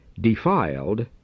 defiled